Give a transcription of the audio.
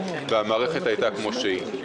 והמערכת היתה כמו שהיא.